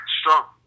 Strong